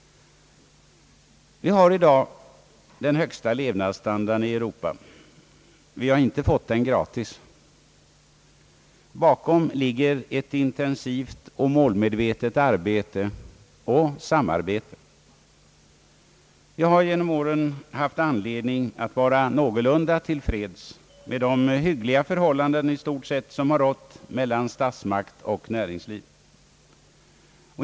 Vi har i dag i vårt land den högsta levnadsstandarden i Europa. Vi har Allmänpolitisk debatt inte fått den gratis. Bakom ligger intensivt och målmedvetet arbete — och samarbete. Vi har genom åren haft anledning att vara någorlunda till freds med de hyggliga förhållandena mellan statsmakt och näringsliv.